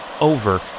over